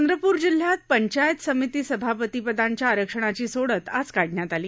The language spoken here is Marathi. चंद्रपूर जिल्ह्यात पंचायत समिती सभापतीपदांच्या आरक्षणाची सोडत आज काढण्यात आली